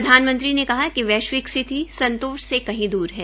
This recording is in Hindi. प्रधानमंत्री ने कहा कि वैश्विक स्थिति संतोष से कहीं दूर है